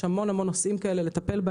יש הרבה נושאים דומים